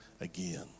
again